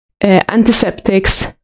antiseptics